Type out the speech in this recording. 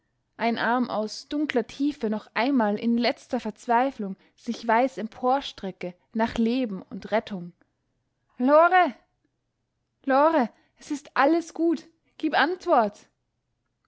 ein arm aus dunkler tiefe noch einmal in letzter verzweiflung sich weiß emporstrecke nach leben und rettung lore lore es ist alles gut gib antwort